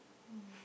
uh